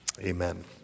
amen